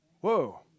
Whoa